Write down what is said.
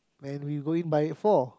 and we go in by four